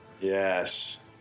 Yes